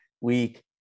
week